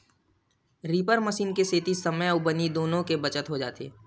reaper machine के सेती समे अउ बनी दुनो के बचत हो जाथे